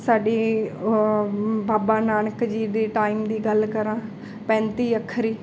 ਸਾਡੀ ਬਾਬਾ ਨਾਨਕ ਜੀ ਦੇ ਟਾਈਮ ਦੀ ਗੱਲ ਕਰਾਂ ਪੈਂਤੀ ਅੱਖਰੀ